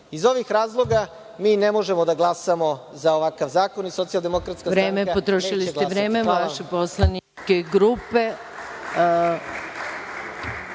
ovih razloga mi ne možemo da glasamo za ovakav zakon i Socijaldemokratska stranka neće glasati.